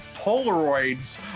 Polaroids